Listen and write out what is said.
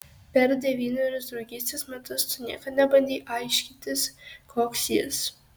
per devynerius draugystės metus tu niekad nebandei aiškintis koks jis